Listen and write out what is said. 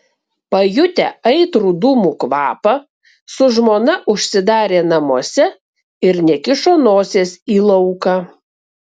pajutę aitrų dūmų kvapą su žmona užsidarė namuose ir nekišo nosies į lauką